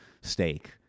steak